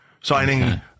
signing